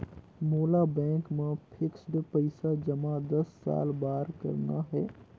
मोला बैंक मा फिक्स्ड पइसा जमा दस साल बार करना हे?